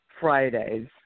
Fridays